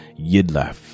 Yidlaf